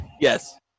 Yes